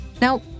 Now